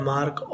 Mark